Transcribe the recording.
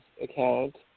account